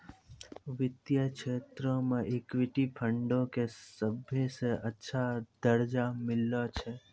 वित्तीय क्षेत्रो मे इक्विटी फंडो के सभ्भे से अच्छा दरजा मिललो छै